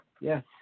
Yes